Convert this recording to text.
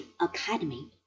academy